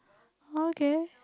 oh okay